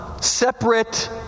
separate